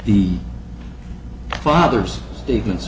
the father's statements